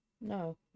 No